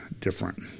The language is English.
different